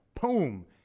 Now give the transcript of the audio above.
boom